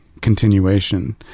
continuation